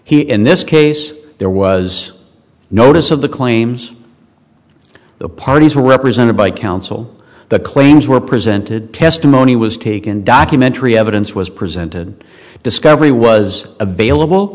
he in this case there was a notice of the claims the parties were represented by counsel the claims were presented testimony was taken documentary evidence was presented discovery was a bailable